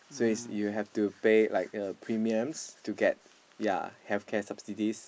so is you have to pay like a premiums to get ya healthcare subsidies